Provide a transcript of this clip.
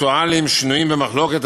אקטואליים שנויים במחלוקת,